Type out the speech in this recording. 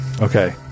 Okay